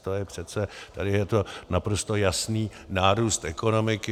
To je přece, tady je to naprosto jasný nárůst ekonomiky.